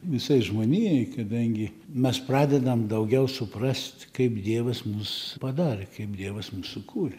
visai žmonijai kadangi mes pradedam daugiau suprast kaip dievas mus padarė kaip dievas mus sukūrė